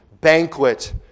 banquet